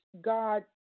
God